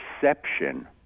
perception